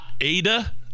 Ada